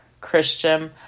Christian